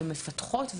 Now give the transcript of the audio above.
מפתחות,